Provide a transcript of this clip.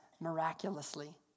miraculously